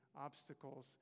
obstacles